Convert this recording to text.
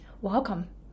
welcome